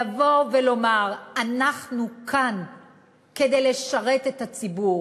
לבוא ולומר: אנחנו כאן כדי לשרת את הציבור.